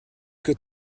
que